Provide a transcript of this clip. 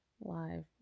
live